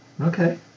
Okay